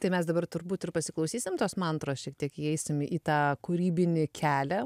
tai mes dabar turbūt ir pasiklausysim tos mantros šiek tiek įeisim į tą kūrybinį kelią